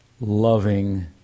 loving